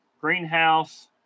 greenhouse